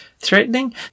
Threatening